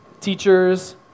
Teachers